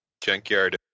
junkyard